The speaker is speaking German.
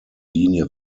linie